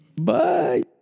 Bye